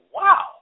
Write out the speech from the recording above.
wow